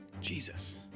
Jesus